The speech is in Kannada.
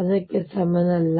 ಅದಕ್ಕೆ ಸಮನಲ್ಲ